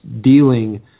dealing